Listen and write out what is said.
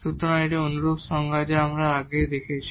সুতরাং এটি একটি অনুরূপ সংজ্ঞা যা আমাদের আগে আছে